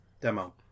Demo